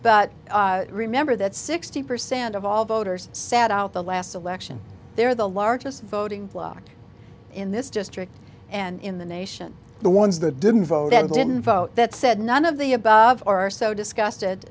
but remember that sixty percent of all voters sat out the last election they're the largest voting block in this district and in the nation the ones that didn't vote and didn't vote that said none of the above are so disgusted